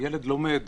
הילד לומד